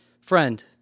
Friend